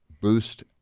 boost